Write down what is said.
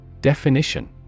Definition